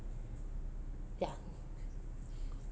ya